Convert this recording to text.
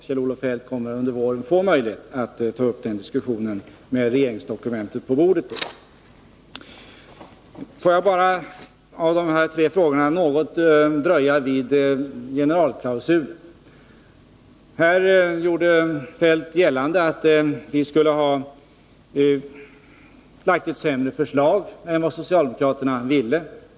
Kjell-Olof Feldt kommer under våren att få möjlighet att ta upp den diskussionen med regeringsdokumentet på bordet. Får jag bara när det gäller de här tre frågorna dröja något vid den om generalklausulen. Här gjorde Kjell-Olof Feldt gällande att vi skulle ha lagt fram ett sämre förslag än vad socialdemokraterna ville.